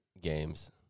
games